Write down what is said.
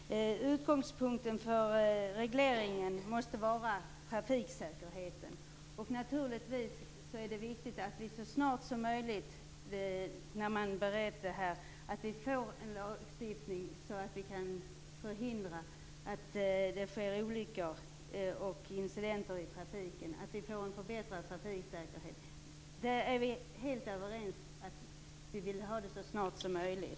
Fru talman! Utgångspunkten för regleringen måste vara trafiksäkerheten. Det är naturligtvis viktigt att vi så snart som möjligt, när man har berett detta, får en lagstiftning som kan förhindra att det sker olyckor och incidenter i trafiken. Det är viktigt att vi får en förbättrad trafiksäkerhet. Vi är helt överens om att vi vill ha det så snart som möjligt.